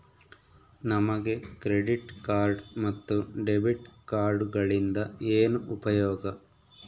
ನಮಗೆ credit card ಮತ್ತು debit ಕಾರ್ಡುಗಳಿಂದ ಏನು ಉಪಯೋಗ?